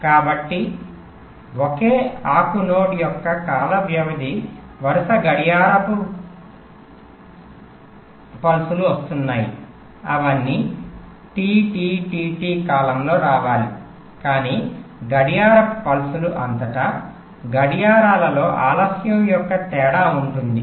కాబట్టి ఒకే ఆకు నోడ్ యొక్క కాల వ్యవధి వరుస గడియారపు పుల్సులు వస్తున్నాయి అవన్నీ T T T T కాలంతో రావాలి కాని గడియారపు పల్స్ లు అంతటా గడియారాలలో ఆలస్యం యొక్క తేడా ఉంది